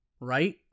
right